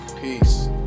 Peace